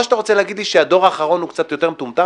או שאתה רוצה להגיד לי שהדור האחרון הוא קצת יותר מטומטם?